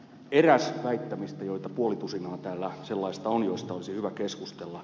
eräs väittämistä joita puoli tusinaa täällä sellaista on joista olisi hyvä keskustella